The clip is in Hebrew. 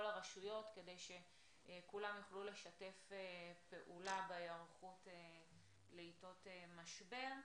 הרשויות כדי שכולם יוכלו לשתף פעולה בהיערכות לעתות משבר.